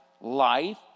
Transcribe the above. life